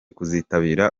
kuzitabira